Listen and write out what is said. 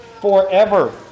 forever